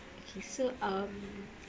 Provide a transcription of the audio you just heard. so um